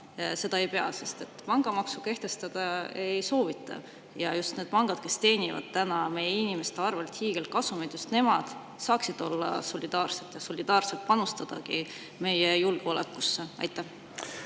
pangad ei pea? Pangamaksu kehtestada ei soovita. Just pangad, kes teenivad täna meie inimeste arvelt hiigelkasumit, saaksid olla solidaarsed ja solidaarselt panustada meie julgeolekusse. Aitäh!